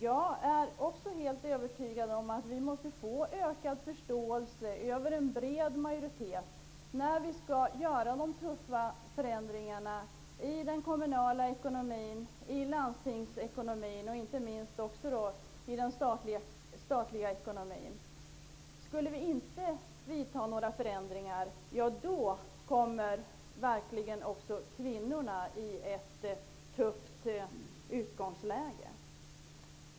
Jag är också helt övertygad om att vi måste skapa ökad förståelse hos en bred majoritet när vi skall genomföra de tuffa förändringarna i den kommunala ekonomin, i landstingsekonomin och inte minst i den statliga ekonomin. Skulle vi inte genomföra några förändringar kommer verkligen också kvinnorna att få ett tufft utgångsläge.